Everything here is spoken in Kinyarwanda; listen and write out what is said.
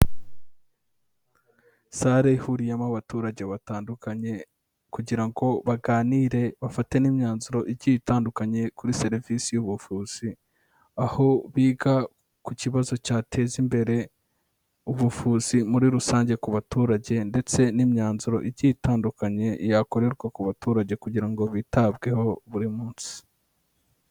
Sale ihuriyemo abaturage batandukanye kugira ngo baganire bafate n'imyanzuro igiye itandukanye kuri serivisi y'ubuvuzi, aho biga ku kibazo cyateza imbere ubuvuzi muri rusange ku baturage ndetse n'imyanzuro igiye itandukanye, yakorerwa ku baturage kugira ngo bitabweho buri munsi.